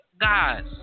Guys